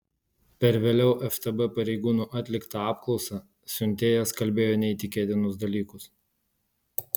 per vėliau ftb pareigūnų atliktą apklausą siuntėjas kalbėjo neįtikėtinus dalykus